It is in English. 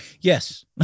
Yes